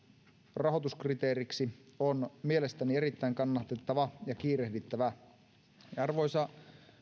rahoituskriteeriksi on mielestäni erittäin kannatettava ja kiirehdittävä arvoisa